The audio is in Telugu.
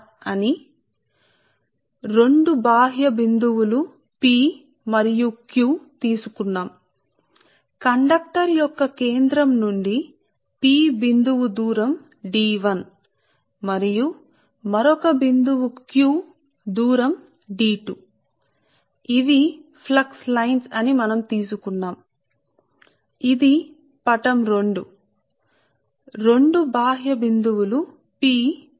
మేము రెండు బాహ్య బిందువు లను తీసుకున్నాము ఒకటి p వద్ద ఉంది ఇది కండక్టర్ యొక్క కేంద్రం నుండి దూరం D 1 ఇది ఇది కండక్టర్ యొక్క కేంద్రం నుండి ఈ పాయింట్ p వరకు దూరం D 1 మరియు మరొక పాయింట్ మనం q అని తీసుకున్నాము మరియు దూరం D 2 సరే మరియు మేము దీనిని తీసుకున్నాము ఈ విషయం సరే D 2 మరియు ఈ రెండు బిందువులు బాహ్యమైనవి ఇవి మనం తీసుకున్న ఫ్లక్స్ లైన్స్